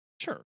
Sure